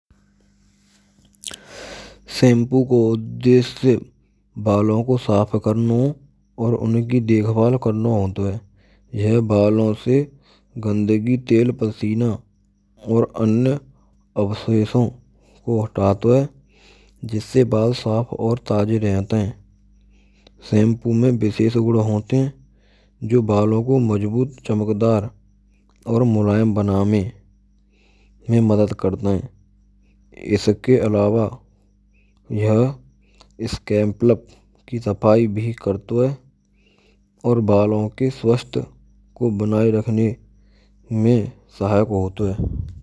Shampoo ka udeshya balon ko saaf karne aur unki dekhbhal karno hot h. Yha balon se gandgi ki tel pasina aur anya avsheshon ko hatato h jisse bal saf aur taaje rahat ha. Shampoo ma vishesh good hote hain Jo balon ko majbut chamakdar aur mulayam baname main madad krten hai. Iske alawa yha scamplup ki safai bhi krto ha aur balon ke swasthya ko banae rakhne mein sahayak hoto hain.